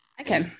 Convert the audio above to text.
Okay